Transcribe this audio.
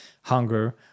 hunger